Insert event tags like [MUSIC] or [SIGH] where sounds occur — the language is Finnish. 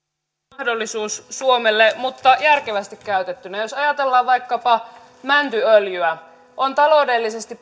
mahdollisuus suomelle mutta järkevästi käytettynä jos ajatellaan vaikkapa mäntyöljyä on taloudellisesti [UNINTELLIGIBLE]